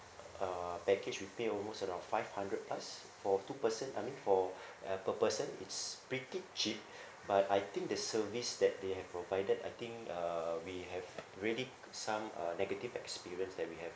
uh package we pay almost around five hundred plus for two person I mean for uh per person it's pretty cheap but I think the service that they have provided I think uh we have already got some uh negative experience that we have